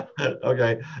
Okay